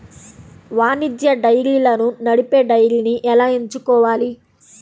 వాణిజ్య డైరీలను నడిపే డైరీని ఎలా ఎంచుకోవాలి?